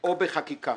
או בחקיקה